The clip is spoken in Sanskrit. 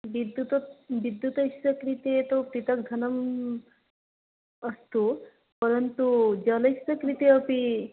विद्युतस् विद्युतस्य कृते तु पृथक् धनम् अस्तु परन्तु जलस्य कृते अपि